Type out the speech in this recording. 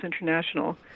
International